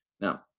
Now